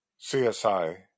CSI